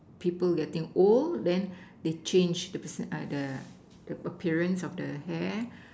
people getting old then they change the person uh the the appearance of the hair